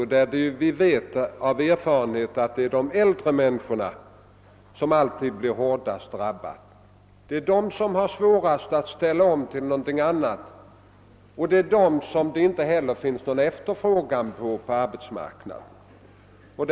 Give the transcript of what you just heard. Erfarenheten säger oss att det alltid är de äldre som drabbas hårdast. Det är de som har svårast att ställa om till något annat, och det är de som det inte heller på arbetsmarknaden finns någon efterfrågan efter.